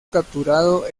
capturado